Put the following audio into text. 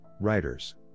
writers